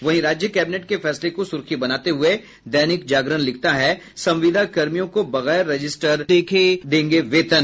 वहीं राज्य कैबिनेट के फैसले को सुर्खी बनाते हुये दैनिक जागरण लिखता है संविदा कर्मियों को बगैर रजिस्टर देखे वेतन